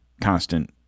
constant